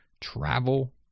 travel